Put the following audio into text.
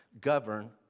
govern